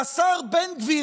והשר בן גביר,